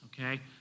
Okay